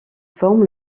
forme